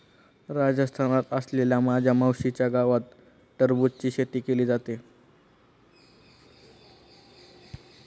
राजस्थानात असलेल्या माझ्या मावशीच्या गावात टरबूजची शेती केली जाते